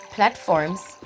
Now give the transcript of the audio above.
platforms